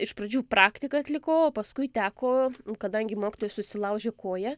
iš pradžių praktiką atlikau o paskui teko kadangi mokytoja susilaužė koją